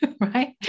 right